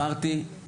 כמו שאמרתי,